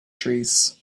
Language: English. trees